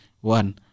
one